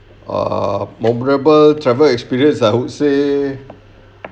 ah memorable travel experience I would say